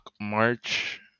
March